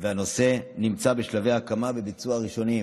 והנושא נמצא בשלבי הקמה וביצוע ראשוניים,